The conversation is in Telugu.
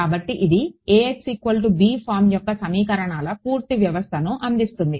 కాబట్టి ఇది ఫారమ్ యొక్క సమీకరణాల పూర్తి వ్యవస్థను అందిస్తుంది